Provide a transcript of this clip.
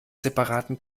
separaten